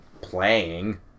playing